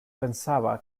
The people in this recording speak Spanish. pensaba